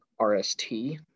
RST